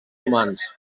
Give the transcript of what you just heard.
humans